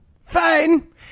Fine